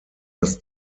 das